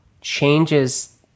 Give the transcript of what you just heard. changes